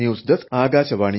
news desk Akashvani